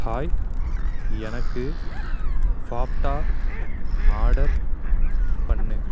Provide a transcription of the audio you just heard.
hi எனக்கு fafda order பண்ணு